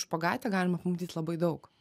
špagatą galima pamatyt labai daug